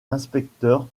l’inspecteur